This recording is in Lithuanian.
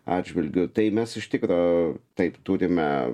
atžvilgiu tai mes iš tikro taip turime